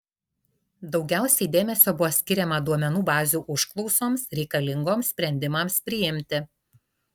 daugiausiai dėmesio buvo skiriama duomenų bazių užklausoms reikalingoms sprendimams priimti